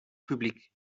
publiek